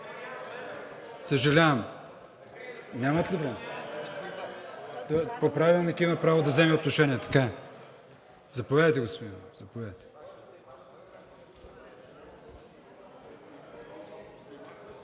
Съжалявам, нямат ли време? По Правилник има право да вземе отношение, така е. Заповядайте, господин